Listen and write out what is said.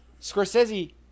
Scorsese